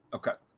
okay.